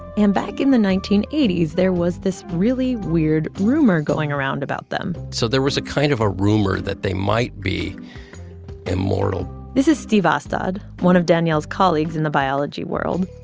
and back in the nineteen eighty s, there was this really weird rumor going around about them so there was a kind of a rumor that they might be immortal this is steve austad, one of daniel's colleagues in the biology world.